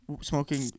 Smoking